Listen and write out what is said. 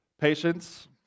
Patience